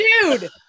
dude